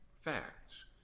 facts